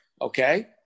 Okay